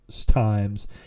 times